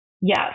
Yes